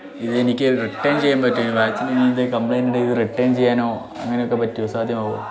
ഇതെനിക്ക് റിട്ടേൺ ചെയ്യാൻ പറ്റുമോ ഈ വാച്ചിനിനിയെന്ത് കംപ്ലൈൻ്റുണ്ടെങ്കിൽ ഇത് റിട്ടേൺ ചെയ്യാനോ അങ്ങനെയൊക്കെ പറ്റുമോ സാധ്യമാവുമോ